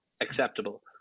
acceptable